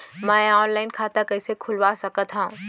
मैं ऑनलाइन खाता कइसे खुलवा सकत हव?